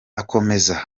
akomeza